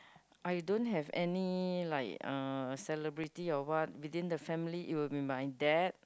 I don't have any like uh celebrity or what within the family it will be my dad